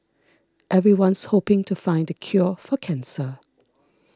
everyone's hoping to find the cure for cancer